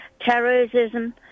terrorism